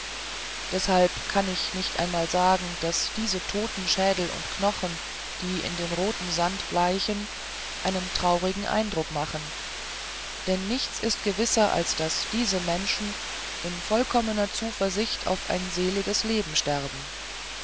deshalb kann ich nicht einmal sagen daß diese totenschädel und knochen die in dem roten sand bleichen einen traurigen eindruck machen denn nichts ist gewisser als daß diese menschen in vollkommener zuversicht auf ein seliges leben sterben